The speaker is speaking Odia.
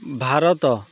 ଭାରତ